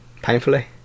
Painfully